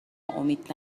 امید